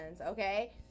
okay